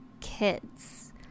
kids